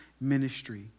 ministry